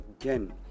again